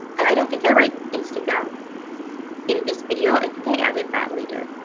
and i don't think i write instagram in this video, i think i added that later.